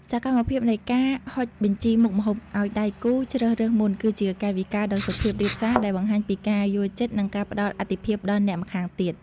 សកម្មភាពនៃការហុចបញ្ជីមុខម្ហូប ឱ្យដៃគូជ្រើសរើសមុន គឺជាកាយវិការដ៏សុភាពរាបសារដែលបង្ហាញពីការយល់ចិត្ត និងការផ្ដល់អាទិភាពដល់អ្នកម្ខាងទៀត